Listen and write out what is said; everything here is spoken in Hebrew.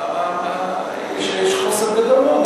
יש חוסר גדול מאוד.